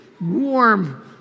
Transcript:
warm